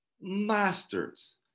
masters